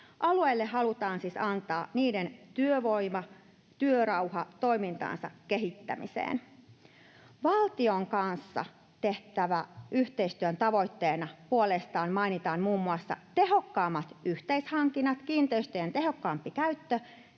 Alueille halutaan siis antaa niiden toivoma työrauha toimintansa kehittämiseen. Valtion kanssa tehtävän yhteistyön tavoitteina puolestaan mainitaan muun muassa tehokkaammat yhteishankinnat, kiinteistöjen tehokkaampi käyttö,